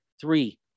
three